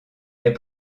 est